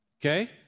Okay